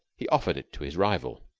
he offered it to his rival.